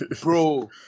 Bro